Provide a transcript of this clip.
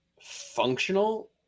Functional